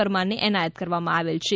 પરમાર ને એનાયત કરવામાં આવેલ છે